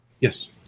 yes